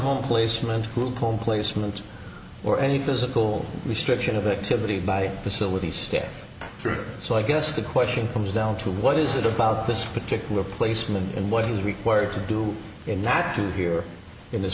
home placement group home placement or any physical restriction of activity by facility staff through so i guess the question comes down to what is it about this particular placement and what is required to do in that to here in this